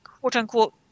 quote-unquote